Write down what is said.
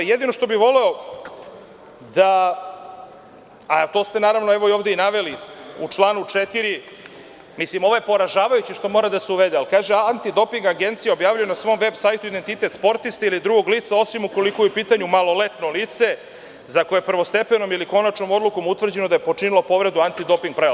Jedino što bih voleo, a to ste i naveli ovde, u članu 4, ovo je poražavajuće što mora da se uvede, ali kaže – Antidoping agencija objavljuje na svom veb sajtu identitet sportiste ili drugog lica, osim ukoliko je u pitanju maloletno lice, za koje prvostepenom ili konačnom odlukom je utvrđeno da je počinilo povredu antidoping prava.